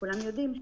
כולנו יודעים,